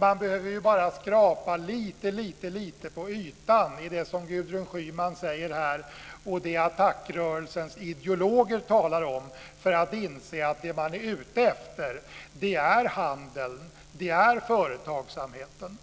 Man behöver bara skrapa lite på ytan i det som Gudrun Schyman säger här och det som ATTAC-rörelsens ideologer talar om för att inse att det man är ute efter är handeln och företagsamheten.